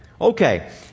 Okay